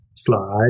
Slide